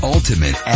Ultimate